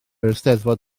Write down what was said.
eisteddfod